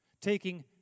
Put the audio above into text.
taking